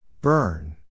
Burn